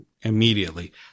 immediately